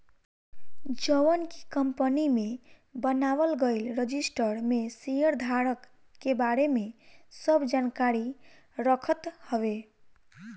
जवन की कंपनी में बनावल गईल रजिस्टर में शेयरधारक के बारे में सब जानकारी रखत हवे